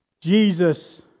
Jesus